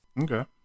Okay